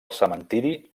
cementiri